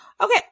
Okay